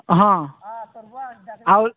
ହଁ ଆଉ